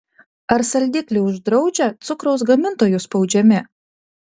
ar saldiklį uždraudžia cukraus gamintojų spaudžiami